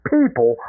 People